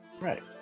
Right